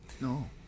No